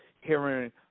hearing –